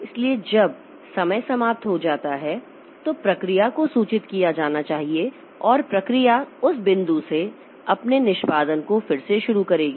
इसलिए जब समय समाप्त हो जाता है तो प्रक्रिया को सूचित किया जाना चाहिए और प्रक्रिया उस बिंदु से अपने निष्पादन को फिर से शुरू करेगी